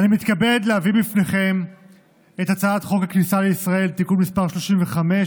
אני מתכבד להביא בפניכם את הצעת חוק הכניסה לישראל (תיקון מס' 35,